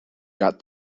got